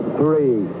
three